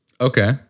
Okay